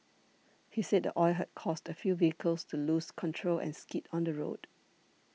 he said the oil had caused a few vehicles to lose control and skid on the road